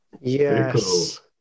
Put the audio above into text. Yes